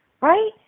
Right